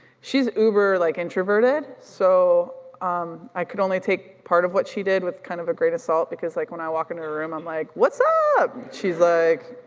she's uber-introverted, so um i could only take part of what she did with kind of a grain of salt because like when i walk into a room i'm like, what's up, she's like,